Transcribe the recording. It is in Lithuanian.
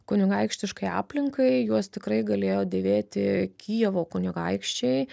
kunigaikštiškai aplinkai juos tikrai galėjo dėvėti kijevo kunigaikščiai